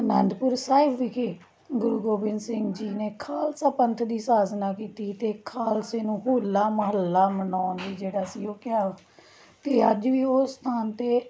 ਅਨੰਦਪੁਰ ਸਾਹਿਬ ਵਿਖੇ ਗੁਰੂ ਗੋਬਿੰਦ ਸਿੰਘ ਜੀ ਨੇ ਖਾਲਸਾ ਪੰਥ ਦੀ ਸਾਜਨਾ ਕੀਤੀ ਅਤੇ ਖਾਲਸੇ ਨੂੰ ਹੋਲਾ ਮਹੱਲਾ ਮਨਾਉਣ ਲਈ ਜਿਹੜਾ ਸੀ ਉਹ ਕਿਹਾ ਅਤੇ ਅੱਜ ਵੀ ਉਸ ਸਥਾਨ 'ਤੇ